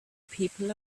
people